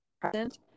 present